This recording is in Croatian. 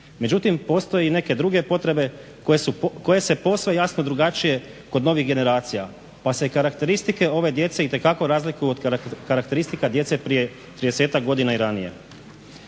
Međutim postoje i neke druge potrebe koje su posve jasno drugačije kod novih generacija pa se karakteristike ove djece itekako razlikuju od karakteristika djece prije tridesetak godina i ranije.